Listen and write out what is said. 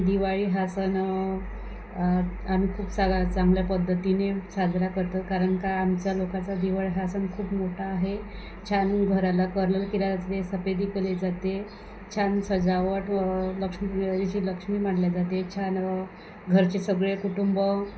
दिवाळी हा सण आम्ही खूप सारा चांगल्या पद्धतीने साजरा करतो कारण का आमचा लोकाचा दिवाळी हा सण खूप मोठा आहे छान घराला कलर केला जाते सफेदी केली जाते छान सजावट व लक्ष्मीची लक्ष्मी मांडली जाते छान घरचे सगळे कुटुंब